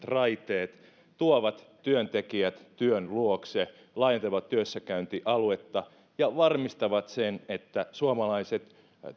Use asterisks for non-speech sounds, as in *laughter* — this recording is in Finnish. *unintelligible* raiteet tuovat työntekijät työn luokse laajentavat työssäkäyntialuetta ja varmistavat sen että suomalaiset